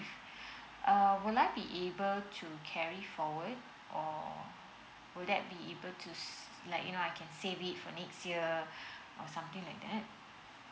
err would like be able to carry forward or would that be able to like you know I can save it for next year or something like that